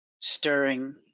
stirring